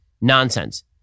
nonsense